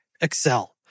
Excel